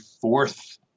fourth